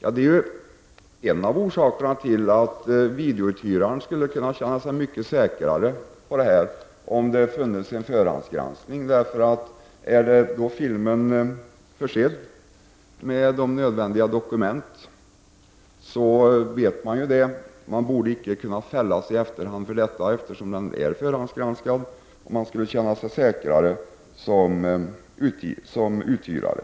Det är en av orsakerna. Videouthyrarna skulle kunna känna sig mycket säkrare i det fallet om det fanns en förhandsgranskning. Om filmerna är försedda med nödvändiga dokument så vet man ju det. Man borde inte kunna fällas i efterhand för sådana filmer, eftersom de är förhandsgranskade. Man kan därför känna sig säkrare som uthyrare.